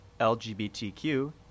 LGBTQ